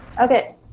Okay